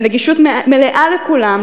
לנגישות מלאה לכולם,